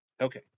Okay